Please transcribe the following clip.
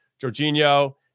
Jorginho